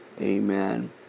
Amen